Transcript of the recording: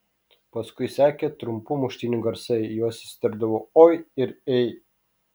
paskui sekė trumpų muštynių garsai į juos įsiterpdavo oi ir ei